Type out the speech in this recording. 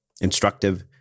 instructive